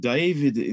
David